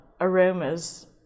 Aromas